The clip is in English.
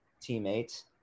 teammates